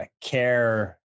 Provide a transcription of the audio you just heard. care